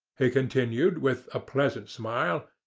he continued, with a pleasant smile,